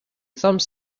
some